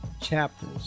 chapters